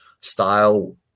style